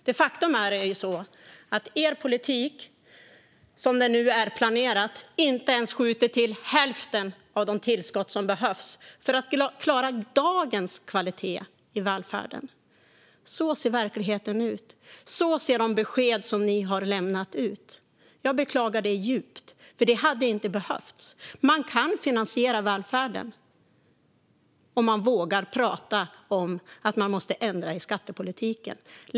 Men faktum är att er politik, som den nu är planerad, inte ens skjuter till hälften av de tillskott som behövs för att klara dagens kvalitet i välfärden. Så ser verkligheten ut. Så ser de besked som ni har lämnat ut. Jag beklagar det djupt, för det hade inte behövts. Man kan finansiera välfärden om man vågar prata om att ändra i skattepolitiken.